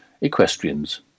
equestrians